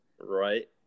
Right